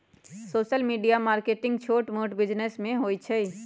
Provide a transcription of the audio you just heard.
social media marketing छोट मोट business में होई छई